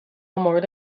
مورد